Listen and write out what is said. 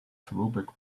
throwback